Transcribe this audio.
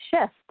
shift